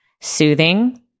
soothing